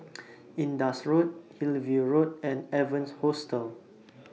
Indus Road Hillview Road and Evans Hostel